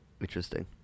Interesting